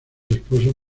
esposos